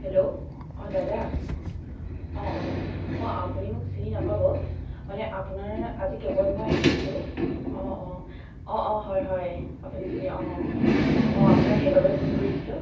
hello অঁ দাদা অঁ অঁ অঁ আপুনি মোক চিনি নাপাব মানে আপোনাৰ আজি কেবত মই আহিছিলোঁ অঁ অঁ অঁ অঁ হয় হয় আপুনি চিনি অঁ অঁ আপোনাক সেইবাবে ফোন কৰিছিলোঁ